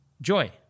joy